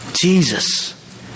Jesus